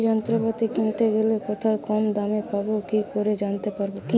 কৃষি যন্ত্রপাতি কিনতে কোথায় গেলে কম দামে পাব কি করে জানতে পারব?